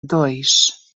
dois